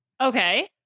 okay